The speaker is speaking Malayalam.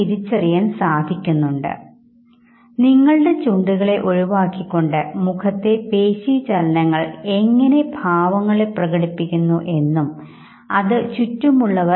ഇതിന് ഉത്തരം ആയി ഏതൊരു വ്യക്തിയും നൽക്കുന്ന സാധാരണ മറുപടി കുഴപ്പമില്ല അങ്ങനെ പോകുന്നു സുഖമാണ് എന്നൊക്കെയാണ്